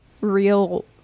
real